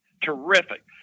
Terrific